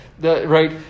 right